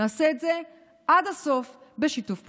נעשה את זה עד הסוף בשיתוף פעולה.